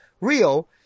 Rio